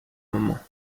moment